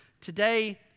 Today